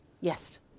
Yes